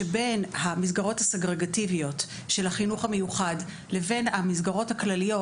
שבין המסגרות הסגרגטיביות של החינוך המיוחד לבין המסגרות הכלליות,